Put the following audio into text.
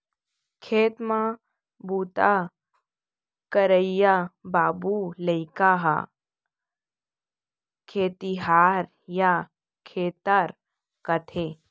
खेत म बूता करइया बाबू लइका ल खेतिहार या खेतर कथें